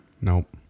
Nope